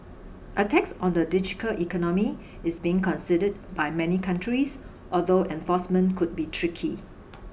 a tax on the digital economy is being considered by many countries although enforcement could be tricky